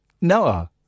Noah